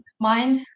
mind